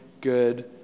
good